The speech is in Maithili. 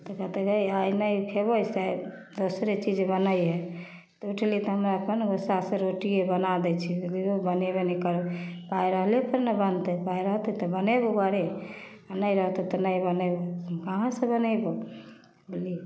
तऽ कहतै जे आइ नहि खेबौ से आइ दोसरे चीज बनैहेँ तऽ उठली तऽ हमरा फेन गोस्सासँ रोटिए बना दै छिए धुर जो बनेबे नहि करब पाइ रहले से ने बनतै पाइ रहतै तऽ बनेबौ बौआरे नहि रहतौ तऽ नहि बनेबौ हम कहाँसँ बनेबौ